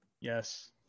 Yes